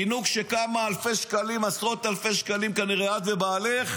פינוק של כמה עשרות אלפי שקלים, כנראה את ובעלך,